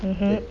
mmhmm